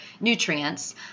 nutrients